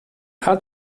hat